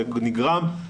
זה נגרם,